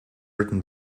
written